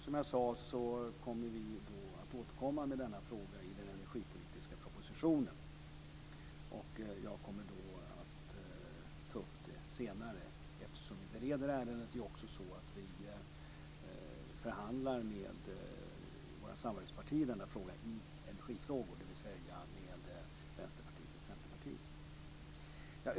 Som jag sade, återkommer vi med denna fråga i den energipolitiska propositionen. Jag kommer då att ta upp det senare. Eftersom vi bereder ärendet förhandlar vi också med våra samarbetspartier i energifrågor, dvs. Vänsterpartiet och Centerpartiet.